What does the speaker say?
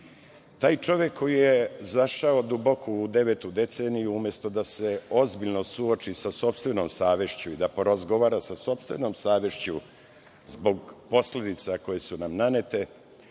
čovek koji je zašao duboko u devetu deceniju umesto da se ozbiljno suoči sa sopstvenom savešću i da porazgovara sa sopstvenom savešću zbog posledica koje su nam nanete,